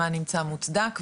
מה נמצא מוצדק,